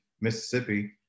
Mississippi